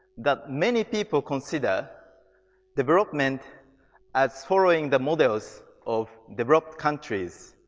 that many people consider development as following the models of developed countries.